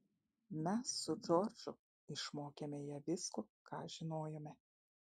mes su džordžu išmokėme ją visko ką žinojome